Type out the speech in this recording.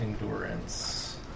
endurance